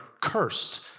cursed